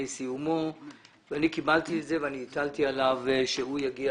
סיומו ואני קיבלתי את זה - ואני הטלתי עליו להגיע